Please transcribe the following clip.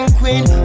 queen